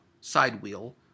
side-wheel